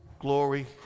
Glory